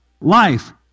life